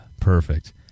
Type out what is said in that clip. perfect